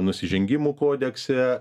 nusižengimų kodekse